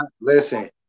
Listen